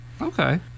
okay